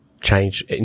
change